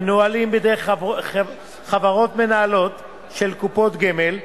המנוהלים בידי חברות מנהלות של קופות גמל.